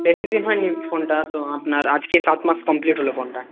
বেশি দিন হয়নি ফোনটা তো আপনার আজকে সাত মাস কমপ্লিট হল ফোনটা